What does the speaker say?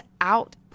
out